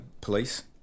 police